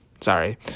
sorry